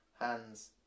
Hands